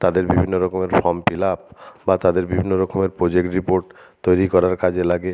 তাদের বিভিন্ন রকমের ফর্ম ফিল আপ বা তাদের বিভিন্ন রকমের প্রজেক্ট রিপোর্ট তৈরি করার কাজে লাগে